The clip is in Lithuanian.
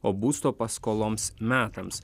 o būsto paskoloms metams